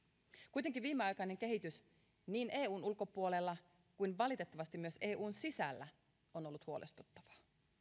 kuitenkin viimeaikainen kehitys niin eun ulkopuolella kuin valitettavasti myös eun sisällä on ollut huolestuttavaa